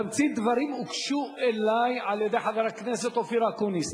תמצית הדברים הוגשה אלי על-ידי חבר הכנסת אופיר אקוניס.